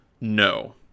No